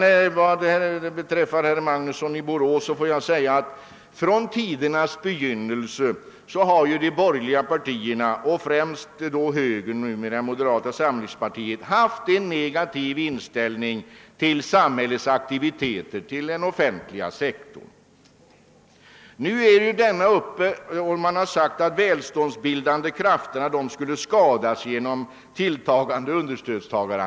Till herr Magnusson i Borås vill jag säga, att de borgerliga partierna, främst högern, numera moderata samlingspartiet, sedan gammalt haft en negativ inställning till samhällets aktiviteter inom den offentliga sektorn. Ni har tidigare anfört att dessa skulle leda till en ökande understödstagaranda som skulle skada de välståndsbildande krafterna.